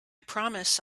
promise